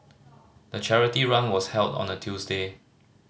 the charity run was held on a Tuesday